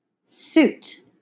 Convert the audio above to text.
Suit